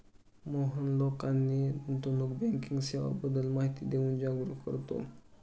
मोहन लोकांना गुंतवणूक बँकिंग सेवांबद्दल माहिती देऊन जागरुक करतो